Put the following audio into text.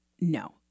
No